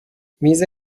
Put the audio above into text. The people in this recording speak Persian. میز